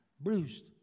bruised